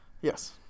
yes